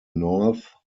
north